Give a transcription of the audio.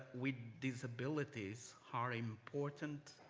with disabilities are important